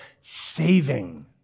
saving